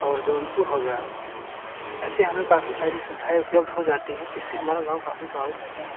और जौनपुर हो गया ऐसे हमें काफी सारी सुविधाए उपलब्ध हो जाती हैं इससे हमारा गाँव काफी प्रभावित रहता है